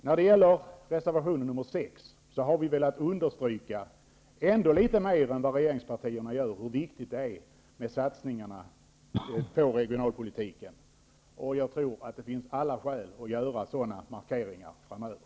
När det gäller reservation 6 har vi velat understryka, ännu litet mer än vad regeringspartierna gör, hur viktigt det är med satsningarna på regionalpolitiken. Och jag tror att det finns alla skäl att göra sådana markeringar framöver.